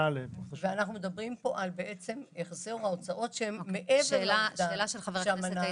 אנחנו מדברים פה בעצם על החזר ההוצאות שהן מעבר לעובדה שהמנה נתרמת.